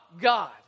God